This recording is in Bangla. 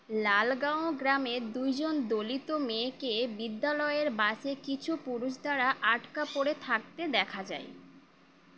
লালগাঁও গ্রামে দুইজন দলিত মেয়েকে বিদ্যালয়ের বাসে কিছু পুরুষ দ্বারা আটকা পড়ে থাকতে দেখা যায়